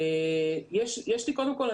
יש לי קודם כל..